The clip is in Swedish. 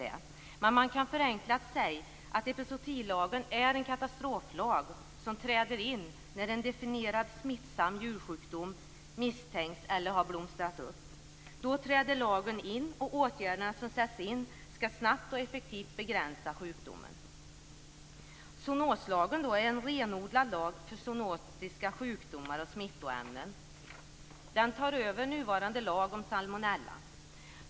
Förenklat kan man säga att epizootilagen är en katastroflag som träder in när en definierad smittsam djursjukdom misstänks eller har blossat upp. Då träder lagen in och åtgärderna som sätts in skall snabbt och effektivt begränsa sjukdomen. Zoonoslagen är en renodlad lag för zoonotiska sjukdomar och smittoämnen. Den tar över den nuvarande lagen om salmonella.